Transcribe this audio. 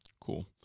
Cool